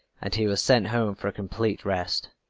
and he was sent home for a complete rest.